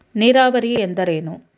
ನೀರಾವರಿ ಎಂದರೇನು?